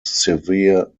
severe